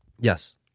Yes